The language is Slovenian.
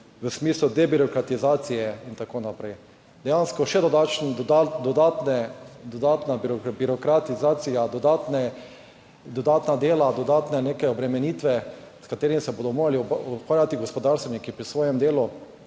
v smislu debirokratizacije in tako naprej. Dejansko še dodatne, dodatna birokratizacija, dodatna dela, dodatne neke obremenitve, s katerimi se bodo morali ukvarjati gospodarstveniki pri svojem delu